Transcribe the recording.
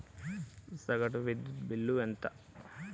సగటు విద్యుత్ బిల్లు ఎంత?